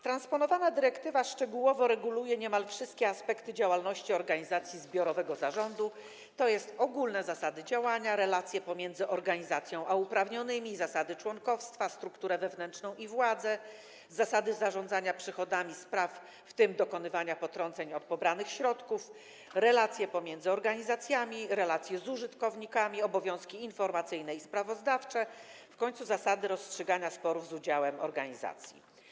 Transponowana dyrektywa szczegółowo reguluje niemal wszystkie aspekty działalności organizacji zbiorowego zarządu, tj. ogólne zasady działania, relacje pomiędzy organizacją a uprawnionymi, zasady członkostwa, strukturę wewnętrzną i władzę, zasady zarządzania przychodami z praw, w tym dokonywania potrąceń od pobranych środków, relacje pomiędzy organizacjami, relacje z użytkownikami, obowiązki informacyjne i sprawozdawcze, w końcu zasady rozstrzygania sporów z udziałem organizacji.